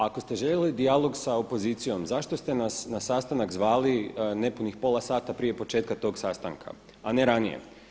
Ako ste željeli dijalog sa opozicijom zašto ste nas na sastanak zvali nepunih pola sata prije početka tog sastanka, a ne ranije.